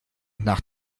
nach